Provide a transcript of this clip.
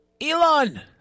Elon